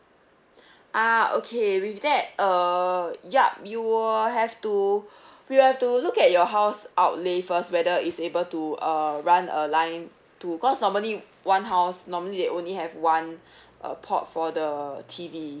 ah okay with that er yup you will have to we will have to look at your house outlay first whether is able to uh run a line to cause normally one house normally they only have one uh port for the T_V